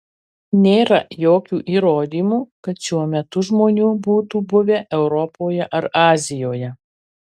nėra jokių įrodymų kad šiuo metu žmonių būtų buvę europoje ar azijoje